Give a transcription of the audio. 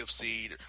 seed